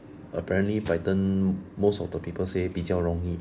apparently python most of the people say 比较容易